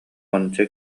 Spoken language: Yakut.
уонча